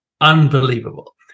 unbelievable